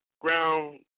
ground